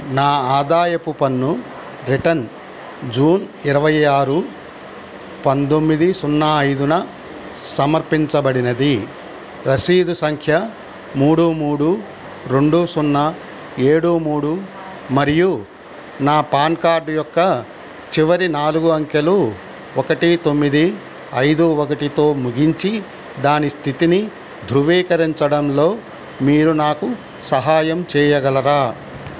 నా ఆదాయపు పన్ను రిటర్న్ జూన్ ఇరవై ఆరు పంతొమ్మిది సున్నా ఐదున సమర్పించబడినది రసీదు సంఖ్య మూడు మూడు రెండు సున్నా ఏడు మూడు మరియు నా పాన్ కార్డ్ యొక్క చివరి నాలుగు అంకెలు ఒకటి తొమ్మిది ఐదు ఒకటితో ముగించి దాని స్థితిని ధృవీకరించడంలో మీరు నాకు సహాయం చేయగలరా